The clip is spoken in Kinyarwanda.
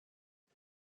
bwe